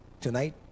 Tonight